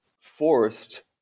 forced